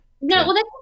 No